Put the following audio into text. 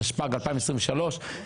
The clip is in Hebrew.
התשפ"ג 2023,